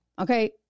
okay